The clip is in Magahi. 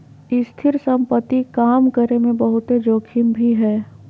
स्थिर संपत्ति काम करे मे बहुते जोखिम भी हय